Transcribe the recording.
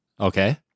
Okay